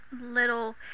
little